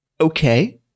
okay